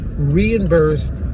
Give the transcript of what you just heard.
reimbursed